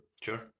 Sure